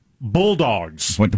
Bulldogs